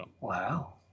Wow